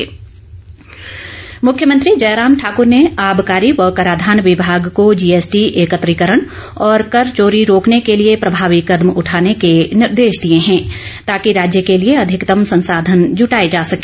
जयराम मुख्यमंत्री जयराम ठाकूर ने आबकारी व काराधान विभाग को जीएसटी एकत्रीकरण और कर चोरी रोकने के लिए प्रभावी कदम उठाने के निर्देश दिए हैं ताकि राज्य के लिए अधिकतम संसाधन जूटाए जा सके